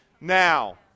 now